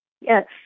yes